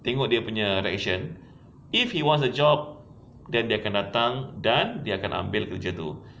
tengok dia punya reaction if he wants a job then dia akan datang then dia akan datang dan ambil kerja tu